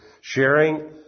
sharing